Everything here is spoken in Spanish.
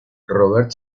robert